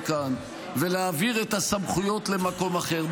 כאן ולהעביר את הסמכויות למקום אחר,